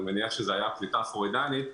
אני מניח שזו הייתה פליטת פה פרוידיאנית,